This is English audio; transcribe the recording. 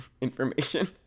information